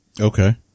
Okay